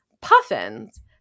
puffins